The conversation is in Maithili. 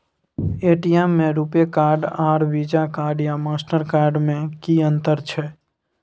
ए.टी.एम में रूपे कार्ड आर वीजा कार्ड या मास्टर कार्ड में कि अतंर छै?